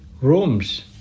rooms